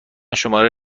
شماره